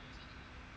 mm